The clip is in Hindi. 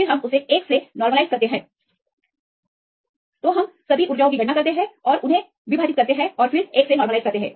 फिर हम 1 को नॉर्मलाइज करते हैं इसलिए इसे इन कुल एनर्जीज द्वारा जोड़ा और विभाजित किया जाता है इसलिए फिर 1 को नॉर्मलाइज करें